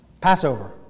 Passover